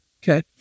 Okay